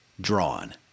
drawn